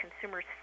consumers